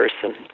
person